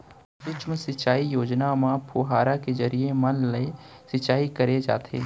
सुक्ष्म सिंचई योजना म फुहारा के जरिए म ले सिंचई करे जाथे